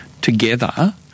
together